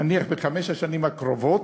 נניח בחמש השנים הקרובות,